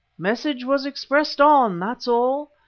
message was expressed on, that's all.